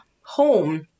home